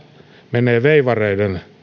menee veivareiden